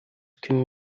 can